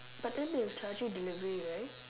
but then they'll charge you delivery right